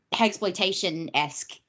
exploitation-esque